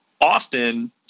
often